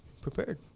prepared